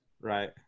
right